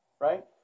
right